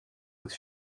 with